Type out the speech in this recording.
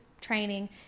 training